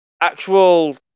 actual